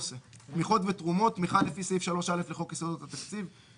""תמיכות ותרומות" תמיכה לפי סעיף 3א לחוק יסודות התקציב,